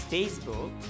Facebook